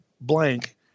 blank